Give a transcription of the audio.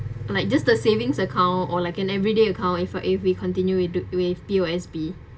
like just the savings account or like an everyday account if uh if we continue it to do with P_O_S_B